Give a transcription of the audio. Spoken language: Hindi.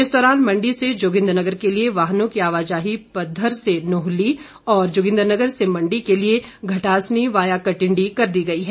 इस दौरान मंडी से जोगिंद्रनगर के लिए वाहनों की आवाजाही पधर से नोहली और जोगिंद्रनगर से मंडी के लिए घटासनी वाया कटिंडी कर दी गई है